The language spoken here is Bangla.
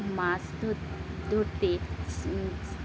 মাছ ধর ধরতে